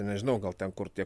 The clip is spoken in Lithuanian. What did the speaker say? nežinau gal ten kur tie